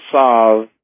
solve